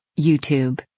YouTube